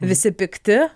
visi pikti